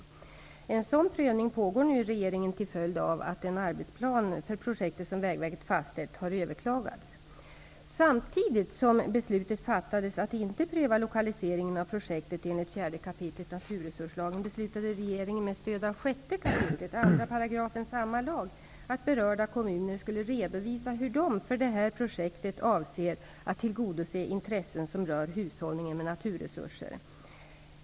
En sådan prövning pågår nu i regeringen till följd av att den arbetsplan för projektet som Vägverket fastställt har överklagats. 6 kap. 2 § samma lag att berörda kommuner skulle redovisa hur de för det här projektet avser att tillgodose intressen som rör hushållningen med naturresurser.